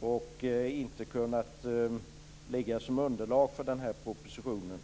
och inte kunnat ligga som underlag för propositionen.